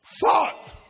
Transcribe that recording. thought